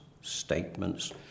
statements